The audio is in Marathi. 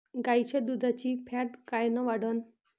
गाईच्या दुधाची फॅट कायन वाढन?